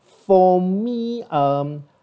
for me um